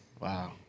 Wow